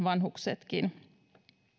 vanhuksetkin